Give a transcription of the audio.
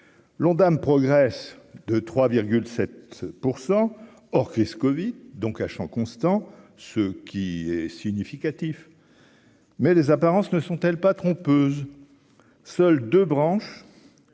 l'Ondam progresse de 3 7 % hors crise Covid donc à Champ constant, ce qui est significatif, mais les apparences ne sont-elles pas trompeuse, seules 2 branches